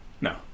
No